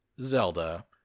Zelda